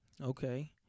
Okay